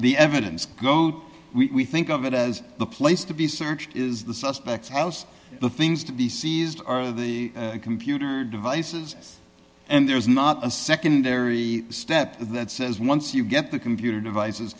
the evidence go we think of it as the place to be searched is the suspect house the things to be seized are the computer devices and there's not a secondary step that says once you get the computer devices